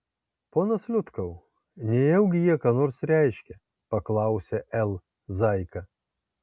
ponas liutkau nejaugi jie ką nors reiškia paklausė l zaika